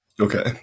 Okay